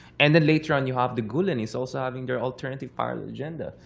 and then later on you have the gulenists also having their alternative part of the agenda.